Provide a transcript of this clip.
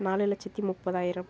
நாலு லட்சத்தி முப்பதாயிரம்